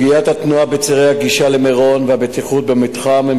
התנועה בצירי הגישה למירון והבטיחות במתחם הן